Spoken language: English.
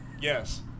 Yes